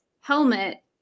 Helmet